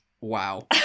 wow